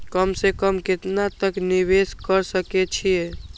कम से कम केतना तक निवेश कर सके छी ए?